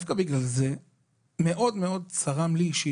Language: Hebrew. דווקא בגלל זה מאוד צרם לי אישית.